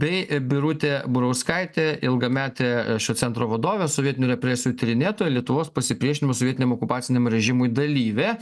bei birutė burauskaitė ilgametė šio centro vadovė sovietinių represijų tyrinėtoja lietuvos pasipriešinimo sovietiniam okupaciniam režimui dalyvė